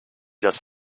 das